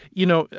you know,